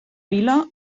vila